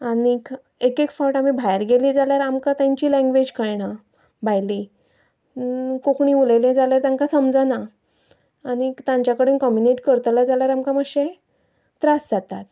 आनीक एक एक फावट आमी भायर गेलीं जाल्यार आमकां तांची लँग्वेज कळना भायली कोंकणी उलयली जाल्यार तांकां समजना आनीक तांच्या कडेन कम्युनिकेट करतले जाल्यार आमकां मातशें त्रास जातात